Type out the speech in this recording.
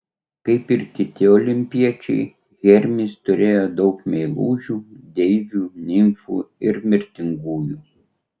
kaip ir kiti olimpiečiai hermis turėjo daug meilužių deivių nimfų ir mirtingųjų